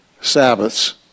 Sabbaths